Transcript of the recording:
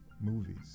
movies